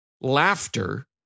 Laughter